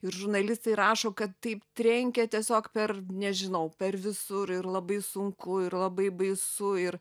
ir žurnalistai rašo kad taip trenkia tiesiog per nežinau per visur ir labai sunku ir labai baisu ir